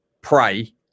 pray